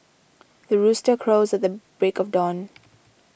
the rooster crows at the break of dawn